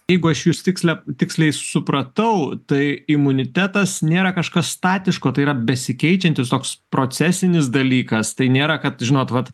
jeigu aš jus tikslią tiksliai supratau tai imunitetas nėra kažkas statiško tai yra besikeičiantis toks procesinis dalykas tai nėra kad žinot vat